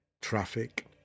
traffic